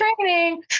training